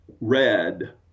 red